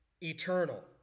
eternal